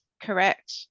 Correct